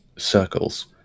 circles